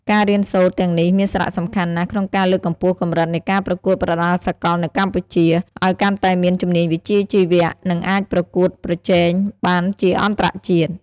ការរៀនសូត្រទាំងនេះមានសារៈសំខាន់ណាស់ក្នុងការលើកកម្ពស់កម្រិតនៃការប្រកួតប្រដាល់សកលនៅកម្ពុជាឲ្យកាន់តែមានជំនាញវិជ្ជាជីវៈ និងអាចប្រកួតប្រជែងបានជាអន្តរជាតិ។